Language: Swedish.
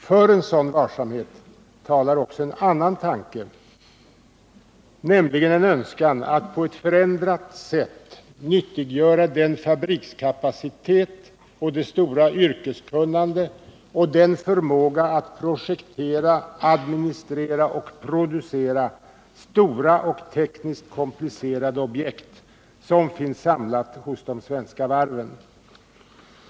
För en sådan varsamhet talar också en annan tanke, nämligen en önskan att på ett förändrat sätt nyttiggöra den fabrikskapacitet, det stora yrkeskunnande och den förmåga att projektera, administrera och producera stora och tekniskt komplicerade objekt som finns samlat hos de svenska varven.